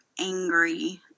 angry